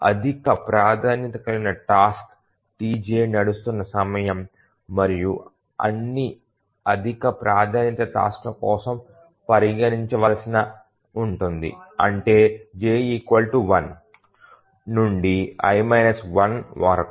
అధిక ప్రాధాన్యత కలిగిన టాస్క్ Tj నడుస్తున్న సమయం మరియు అన్ని అధిక ప్రాధాన్యత టాస్క్ ల కోసం పరిగణించవలసి ఉంటుంది అంటే j 1 నుండి i 1 వరకు